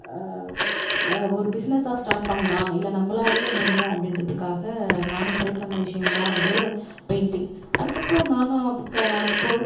ஒரு பிஸ்னஸாக ஸ்டார்ட் பண்ணலாம் இல்லைனா நம்பளாலையும் முடியும் அப்படின்றதுக்காக நானும் ட்ரை பண்ணிண விஷயம்தான் அது பெயிண்டிங் அதுக்கப்புறம் நான்